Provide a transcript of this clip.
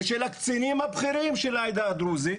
ושל הקצינים הבכירים של העדה הדרוזית,